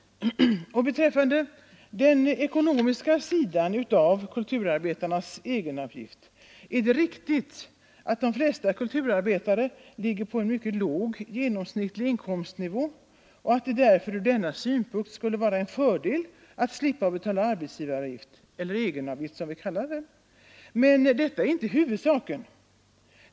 Och beträffande den ekonomiska sidan av kulturarbetarnas egenavgift är det riktigt att de flesta kulturarbetare ligger på en mycket låg genomsnittlig inkomstnivå och att det därför ur denna synpunkt skulle vara en fördel att slippa betala egenavgiften — men detta är inte huvudsaken.